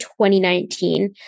2019